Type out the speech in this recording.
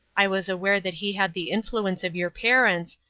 i was aware that he had the influence of your parents,